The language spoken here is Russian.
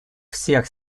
всех